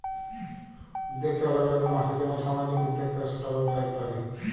উদ্যক্তা অলেক রকম আসে যেমল সামাজিক উদ্যক্তা, ছট ব্যবসা ইত্যাদি